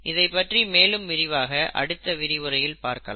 இதைப்பற்றி மேலும் விரிவாக அடுத்த விரிவுரையில் பார்க்கலாம்